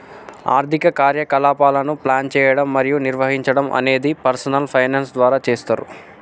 ఆర్థిక కార్యకలాపాలను ప్లాన్ చేయడం మరియు నిర్వహించడం అనేది పర్సనల్ ఫైనాన్స్ ద్వారా చేస్తరు